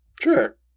Sure